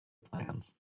plans